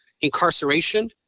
incarceration